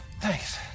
Thanks